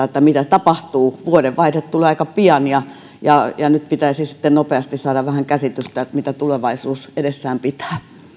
että mitä tapahtuu vuodenvaihde tulee aika pian ja ja nyt pitäisi sitten nopeasti saada vähän käsitystä että mitä tulevaisuus edessä pitää